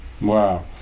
wow